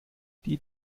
die